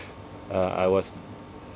uh I was